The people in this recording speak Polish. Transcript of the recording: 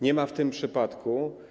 Nie ma w tym przypadku.